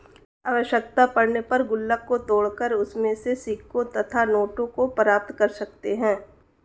आवश्यकता पड़ने पर गुल्लक को तोड़कर उसमें से सिक्कों तथा नोटों को प्राप्त कर सकते हैं